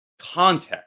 context